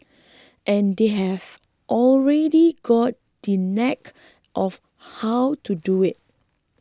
and they have already got the knack of how to do it